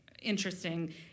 Interesting